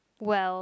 well